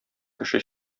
кеше